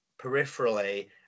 peripherally